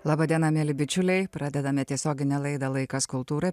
laba diena mieli bičiuliai pradedame tiesioginę laidą laikas kultūrai